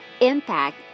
impact